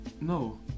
no